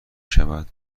شود